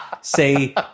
say